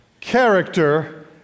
Character